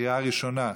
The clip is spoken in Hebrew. לקריאה הראשונה,